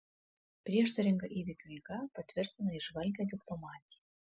prieštaringa įvykių eiga patvirtina įžvalgią diplomatiją